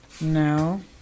No